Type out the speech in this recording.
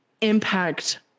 impact